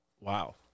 Wow